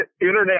internet